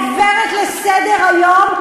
בקלות שהכנסת הזאת עוברת לסדר-היום.